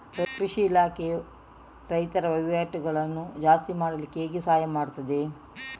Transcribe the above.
ಕೃಷಿ ಇಲಾಖೆಯು ರೈತರ ವಹಿವಾಟುಗಳನ್ನು ಜಾಸ್ತಿ ಮಾಡ್ಲಿಕ್ಕೆ ಹೇಗೆ ಸಹಾಯ ಮಾಡ್ತದೆ?